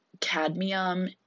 cadmium